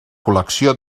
col·lecció